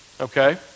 okay